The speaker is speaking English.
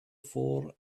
for